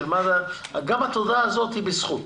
גם התודה הזאת היא בזכות